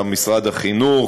וגם משרד החינוך,